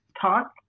talk